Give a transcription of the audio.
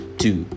two